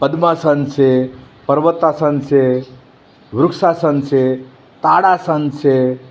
પદ્માસન છે પર્વતાસન છે વૃક્ષાસન છે તાડાસન છે